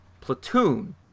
platoon